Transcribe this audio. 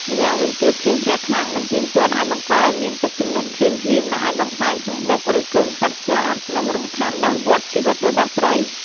ម្យ៉ាងវិញទៀត ភ្លៀងធ្លាក់ខ្លាំងមិនទៀងទាត់អាចបង្កឱ្យមានទឹកជំនន់ភ្លាមៗ ដែលអាចបំផ្លាញសំបុក ឬកូនសត្វស្លាប និងរំខានដល់វដ្តជីវិតរបស់ត្រី។